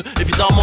évidemment